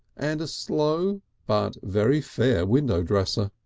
and a slow but very fair window-dresser.